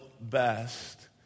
best